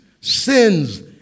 sins